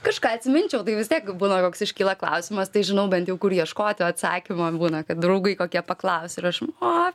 kažką atsiminčiau tai vis tiek būna koks iškyla klausimas tai žinau bent jau kur ieškoti atsakymo būna kad draugai kokie paklausia ir aš o